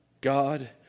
God